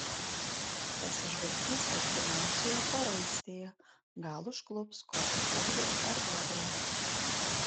pasižvalgys artimiausioje paraistėje gal užklups kokią ūdrą ar bebrą